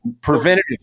preventative